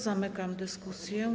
Zamykam dyskusję.